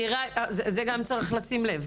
גם לזה צריך לשים לב.